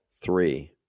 three